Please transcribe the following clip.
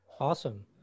Awesome